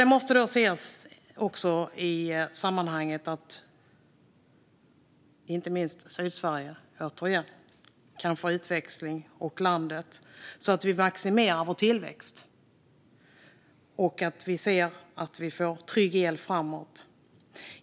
Det måste ses i sammanhanget att inte minst Sydsverige och landet återigen kan få utväxling så att vi maximerar vår tillväxt och får trygg el framåt.